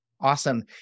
Awesome